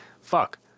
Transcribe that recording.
fuck